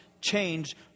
change